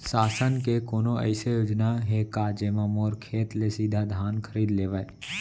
शासन के कोनो अइसे योजना हे का, जेमा मोर खेत ले सीधा धान खरीद लेवय?